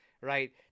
right